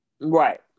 Right